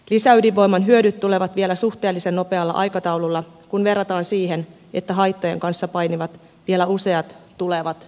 lisäydinvoiman hyödyt tulevat vielä suhteellisen nopealla aikataululla kun verrataan siihen että haittojen kanssa painivat vielä useat tulevat sukupolvet